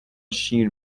شیر